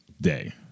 day